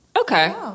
Okay